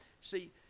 See